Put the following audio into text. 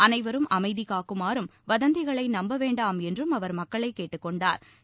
அனைவரும் அமைதிக் காக்குமாறும் வதந்திகளை நம்பவேண்டாம் என்றும் அவர் மக்களை கேட்டுக்கொண்டாா்